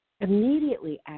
immediately